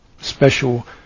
special